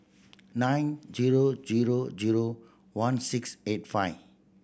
nine zero zero zero one six eight five